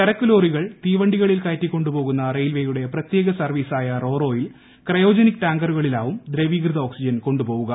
ചരക്കുലോറികൾ തീവണ്ടികളിൽ കയറ്റിക്കൊണ്ടുപോകുന്ന റെയിൽവേയുടെ പ്രത്യേക സർവ്വീസായ റോ റോയിൽ ക്രയോജനിക് ടാങ്കറുകളിലാവും ദ്രവീകൃത ഓക്സിജൻ കൊണ്ടുപോകുക